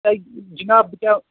ہے جناب بہٕ کیٛاہ